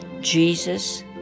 Jesus